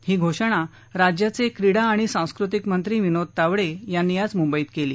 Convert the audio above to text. ही घोषणा राज्याचे क्रीडा आणि सांस्कृतिक मंत्री विनोद तावडे यांनी आज मुंबईत केली